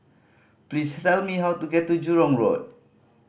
please tell me how to get to Jurong Road